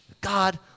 God